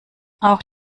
auch